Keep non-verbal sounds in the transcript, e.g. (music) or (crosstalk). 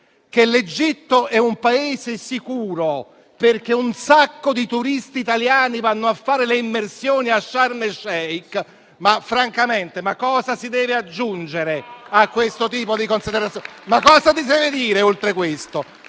che l'Egitto è un Paese sicuro perché un sacco di turisti italiani va a fare le immersioni a Sharm el Sheik. Francamente, cosa si deve aggiungere a questo tipo di considerazioni? (applause) Cosa si deve dire oltre a questo?